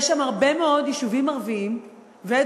יש שם הרבה מאוד יישובים ערביים ודרוזיים